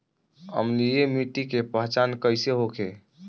अम्लीय मिट्टी के पहचान कइसे होखे?